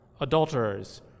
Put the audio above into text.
adulterers